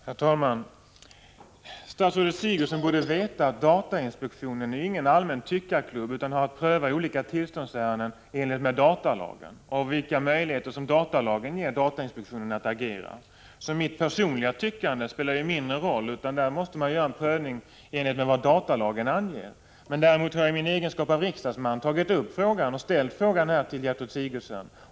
Herr talman! Statsrådet Sigurdsen borde veta att datainspektionen inte är någon allmän tyckarklubb utan har att pröva olika tillståndsärenden i enlighet med datalagen och de möjligheter datalagen ger datainspektionen att agera. Mitt personliga tyckande spelar alltså mindre roll. Man måste göra en prövning i enlighet med vad datalagen anger. Däremot har jag i min egenskap av riksdagsman ställt frågan här till Gertrud Sigurdsen.